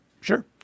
Sure